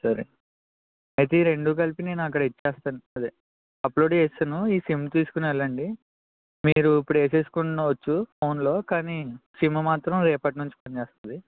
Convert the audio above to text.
సరే అయితే ఈ రెండు కలిపి నేను అక్కడ ఇస్తాను అండి అప్లోడ్ చేసాను సిమ్ తీసుకొని వెళ్ళండి మీరు ఇప్పుడు వేసుకొనవచ్చు ఫోన్లో కానీ సిమ్ మాత్రం రేపటి నుంచి పని చేస్తుంది